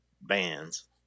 bands